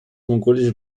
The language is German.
mongolische